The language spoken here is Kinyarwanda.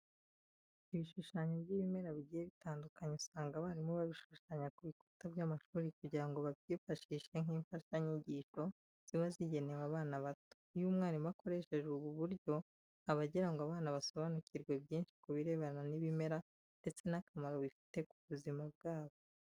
Ibishushanyo by'ibimera bigiye bitandukanye usanga abarimu babishushanya ku bikuta by'amashuri kugira ngo babyifashishe nk'imfashanyigisho ziba zigenewe abana bato. Iyo umwarimu akoresheje ubu buryo aba agira ngo abana basobanukirwe byinshi kubirebana n'ibimera ndetse n'akamaro bifite ku buzima bwabo.